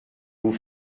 vous